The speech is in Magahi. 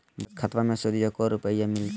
बचत खाताबा मे सुदीया को रूपया मिलते?